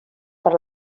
per